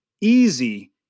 easy